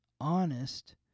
honest